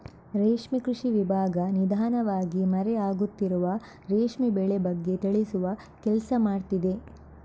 ರೇಷ್ಮೆ ಕೃಷಿ ವಿಭಾಗ ನಿಧಾನವಾಗಿ ಮರೆ ಆಗುತ್ತಿರುವ ರೇಷ್ಮೆ ಬೆಳೆ ಬಗ್ಗೆ ತಿಳಿಸುವ ಕೆಲ್ಸ ಮಾಡ್ತಿದೆ